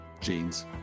jeans